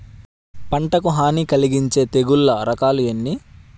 పంటకు హాని కలిగించే తెగుళ్ల రకాలు ఎన్ని?